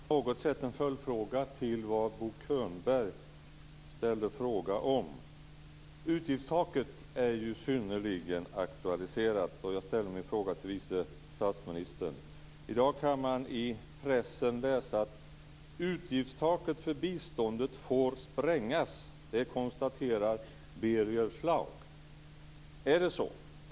Fru talman! Min fråga är på något sätt en följdfråga till vad Bo Könberg ställde en fråga om. Jag ställer min fråga till vice statsministern. Utgiftstaket är ju synnerligen aktualiserat, och i dag kan man i pressen läsa: Utgiftstaket för biståndet får sprängas. Det konstaterar Birger Schlaug. Är det så?